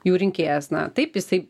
jų rinkėjas na taip jisai